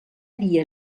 dia